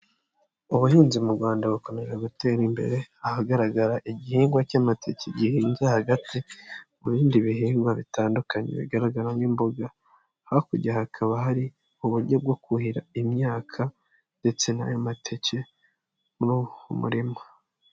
Ubuhinzi mu Rwanda bukomeje gutera imbere, ahagaragara igihingwa cy'amateke gihinze hagati mu bindi bihingwa bitandukanye, bigaragaramo nk'imboga, hakurya hakaba hari uburyo bwo kuhira imyaka ndetse n'ayo mateke muri uwo murima.